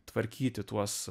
tvarkyti tuos